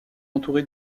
entouré